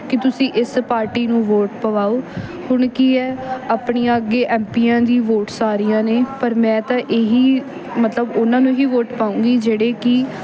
ਕਿ ਤੁਸੀਂ ਇਸ ਪਾਰਟੀ ਨੂੰ ਵੋਟ ਪਵਾਓ ਹੁਣ ਕੀ ਹੈ ਆਪਣੀ ਅੱਗੇ ਐਮ ਪੀਆਂ ਦੀ ਵੋਟਸ ਆ ਰਹੀਆਂ ਨੇ ਪਰ ਮੈਂ ਤਾਂ ਇਹੀ ਮਤਲਬ ਉਹਨਾਂ ਨੂੰ ਹੀ ਵੋਟ ਪਾਊਂਗੀ ਜਿਹੜੇ ਕਿ